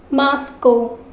Moscow